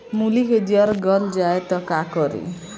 मूली के जर गल जाए त का करी?